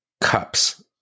cups